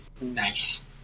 nice